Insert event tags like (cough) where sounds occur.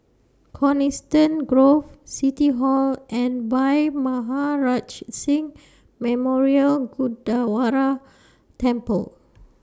Coniston Grove City Hall and Bhai Maharaj Singh Memorial (unintelligible) Temple